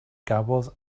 gafodd